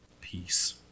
peace